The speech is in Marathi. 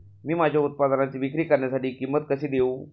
मी माझ्या उत्पादनाची विक्री करण्यासाठी किंमत कशी देऊ?